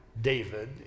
David